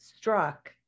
struck